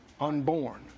unborn